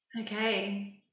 okay